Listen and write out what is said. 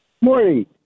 Morning